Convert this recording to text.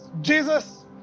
Jesus